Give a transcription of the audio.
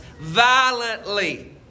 violently